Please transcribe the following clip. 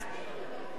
עמיר פרץ,